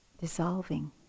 dissolving